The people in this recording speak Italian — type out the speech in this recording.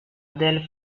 del